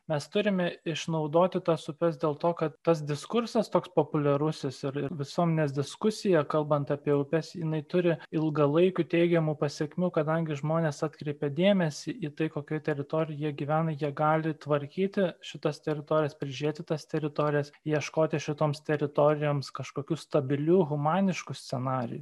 mes turime išnaudoti tas upes dėl to kad tas diskursas toks populiarusis ir ir visuomenės diskusija kalbant apie upes jinai turi ilgalaikių teigiamų pasekmių kadangi žmonės atkreipia dėmesį į tai kokioje teritorijoje jie gyvena jie gali tvarkyti šitas teritorijas prižiūrėti tas teritorijas ieškoti šitoms teritorijoms kažkokių stabilių humaniškų scenarijų